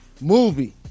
movie